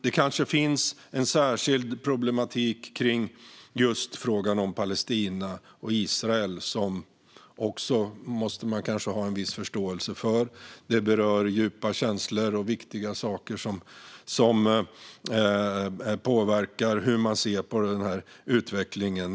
Det kanske finns en särskild problematik när det gäller frågan om Palestina och Israel, vilket man måste ha en viss förståelse för. Detta berör djupa känslor och viktiga saker, och det påverkar hur man ser på denna utveckling.